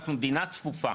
אנחנו מדינה צפופה.